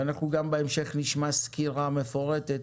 אנחנו נשמע גם בהמשך סקירה מפורטת